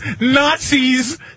Nazis